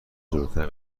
جلوتر